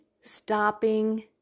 stopping